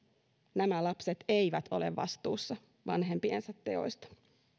nämä lapset eivät ole vastuussa vanhempiensa teoista